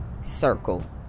circle